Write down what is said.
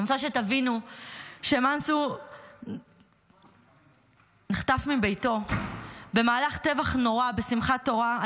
אני רוצה שתבינו שמנצור נחטף מביתו על ידי